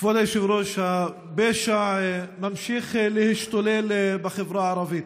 כבוד היושב-ראש, הפשע ממשיך להשתולל בחברה הערבית.